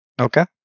Okay